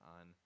on